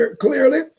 clearly